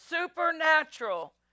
Supernatural